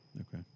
Okay